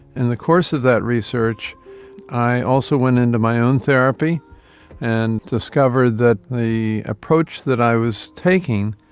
in the course of that research i also went into my own therapy and discovered that the approach that i was taking,